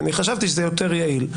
וחשבתי שזה יותר יעיל,